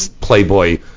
playboy